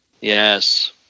Yes